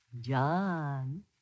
John